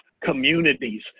communities